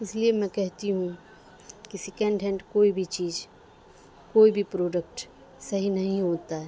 اس لیے میں کہتی ہوں کہ سیکنڈ ہینڈ کوئی بھی چیز کوئی بھی پروڈکٹ صحیح نہیں ہوتا ہے